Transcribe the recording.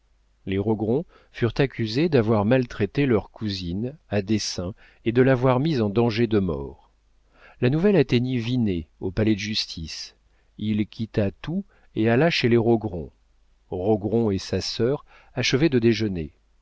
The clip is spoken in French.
les rogron furent accusés d'avoir maltraité leur cousine à dessein et de l'avoir mise en danger de mort la nouvelle atteignit vinet au palais-de-justice il quitta tout et alla chez les rogron rogron et sa sœur achevaient de déjeuner